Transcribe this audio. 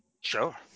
Sure